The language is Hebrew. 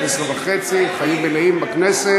22:30, חמים ונעים בכנסת.